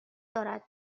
دارد